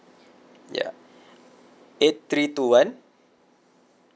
yup eight three two one